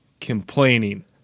complaining